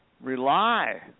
rely